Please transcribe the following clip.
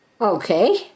Okay